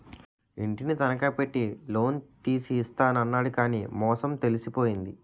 ఇంటిని తనఖా పెట్టి లోన్ తీసి ఇస్తాను అన్నాడు కానీ మోసం తెలిసిపోయింది